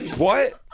what?